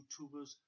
YouTubers